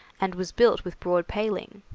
and was built with broad paling.